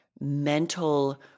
mental